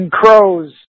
crows